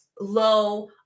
low